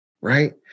right